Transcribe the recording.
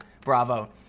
bravo